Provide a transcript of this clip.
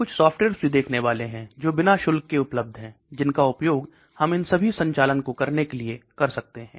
हम कुछ सॉफ्टवेयर्स भी देखने वाले हैं जो बिना शुल्क के उपलब्ध हैं जिनका उपयोग हम इन सभी संचालन को करने के लिए कर सकते हैं